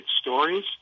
stories